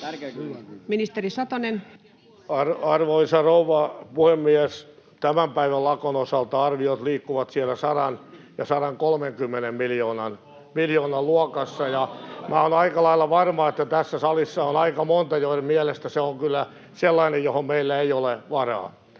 Ruotsiin? Ministeri Satonen. Arvoisa rouva puhemies! Tämän päivän lakon osalta arviot liikkuvat 100:n ja 130:n miljoonan luokassa. [Perussuomalaisten ryhmästä: Ohhoh!] Minä olen aika lailla varma, että tässä salissa on aika monta, joiden mielestä se on kyllä sellainen, johon meillä ei ole varaa.